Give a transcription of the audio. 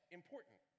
important